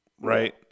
right